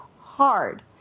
hard